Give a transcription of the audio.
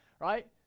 right